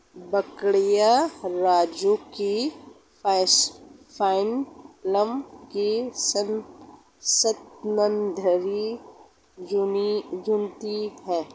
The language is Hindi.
बकरियाँ रज्जुकी फाइलम की स्तनधारी जन्तु है